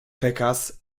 pekas